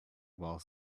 while